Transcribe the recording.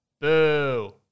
Boo